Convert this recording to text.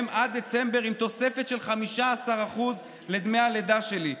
עד דצמבר עם תוספת של 15% לדמי הלידה שלי,